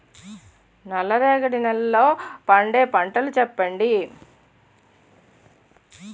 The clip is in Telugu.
నల్ల రేగడి నెలలో పండే పంటలు చెప్పండి?